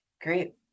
great